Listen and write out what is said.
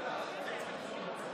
הדיגיטל הלאומי נתקבלה.